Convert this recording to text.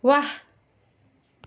वाह